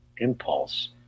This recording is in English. impulse